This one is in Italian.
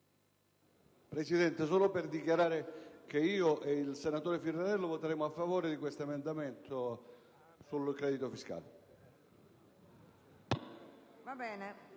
intervengo solo per dichiarare che io e il senatore Firrarello voteremo a favore dell'emendamento 5.1 sul credito fiscale.